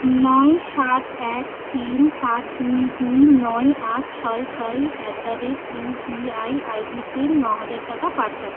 নয় সাত এক তিন সাত দুই দুই নয় আট ছয় ছয় অ্যাট দ্য রেট ইউপিআই আইডিতে ন হাজার টাকা পাঠান